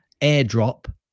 airdrop